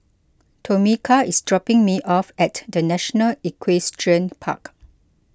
Tomika is dropping me off at the National Equestrian Park